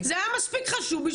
זה היה מספיק חשוב,